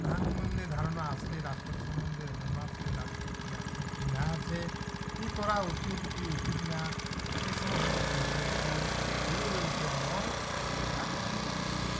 ভ্রাণ মধ্যে ধারণা আসলেই রাষ্ট্র সম্বন্ধে ধারণা আসবে রাষ্ট্রে কী আছে কী না আছে কী করা উচিত কী উচিত না এ সমস্ত সম্পর্ক ঘিরে রয়েছে এবং আর বেরানো শহর